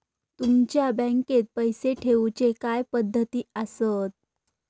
तुमच्या बँकेत पैसे ठेऊचे काय पद्धती आसत?